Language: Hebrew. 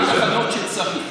רק תחנות שצריך,